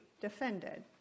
defended